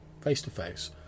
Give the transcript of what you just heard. face-to-face